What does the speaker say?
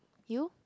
you